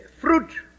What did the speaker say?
fruit